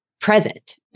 present